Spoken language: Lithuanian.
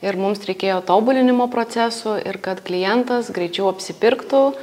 ir mums reikėjo tobulinimo procesų ir kad klientas greičiau apsipirktų